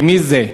ומי זה.